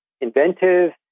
inventive